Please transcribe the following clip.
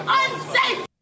unsafe